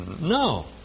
No